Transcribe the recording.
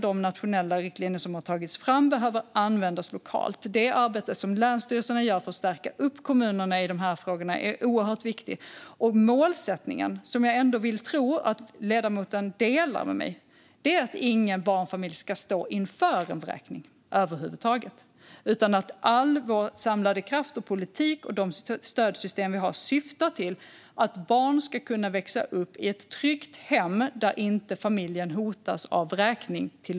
De nationella riktlinjer som har tagits fram behöver användas lokalt, och det arbete som länsstyrelserna gör för att stärka upp kommunerna i dessa frågor är mycket viktigt. Målsättningen, som jag ändå tror att ledamoten delar med mig, är att inga barnfamiljer ska stå inför en vräkning över huvud taget. All vår samlade kraft och politik och de stödsystem vi har måste syfta till att barn ska kunna växa upp i ett tryggt hem där familjen inte hotas av vräkning.